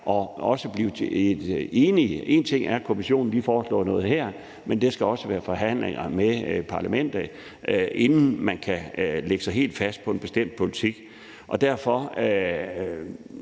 er at blive enige. Én ting er, at Kommissionen foreslår noget her, men der skal også være forhandlinger med Parlamentet, inden man kan lægge sig helt fast på en bestemt politik, og derfor